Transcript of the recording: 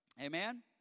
Amen